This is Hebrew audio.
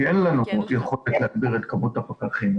כי אין לנו דרך להגביר את כמות הפקחים.